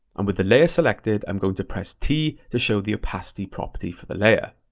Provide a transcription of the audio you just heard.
um with the layer selected, i'm going to press t to show the opacity property for the layer.